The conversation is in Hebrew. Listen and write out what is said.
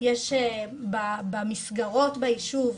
זה לא יכול להיות שעכשיו בוועדת הפנים,